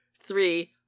three